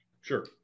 Sure